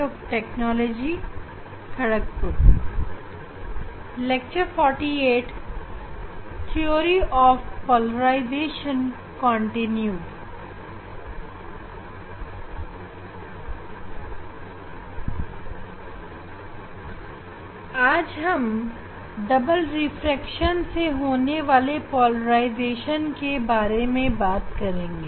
आज हम double refraction से होने वाली पोलराइजेशन के बारे में बात करेंगे